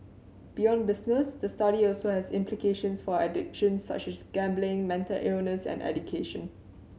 beyond business the study also has implications for addictions such as gambling mental illness and education